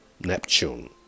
Neptune